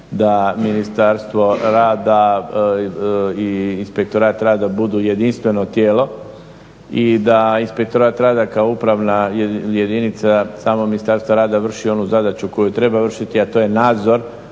da Ministarstvo rada i Inspektorat rada budu jedinstveno tijelo i da Inspektorat rada kao upravna jedinica, samo Ministarstvo rada vrši onu zadaću koju treba vršiti a to je nadzor